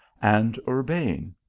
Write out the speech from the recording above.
and urbane.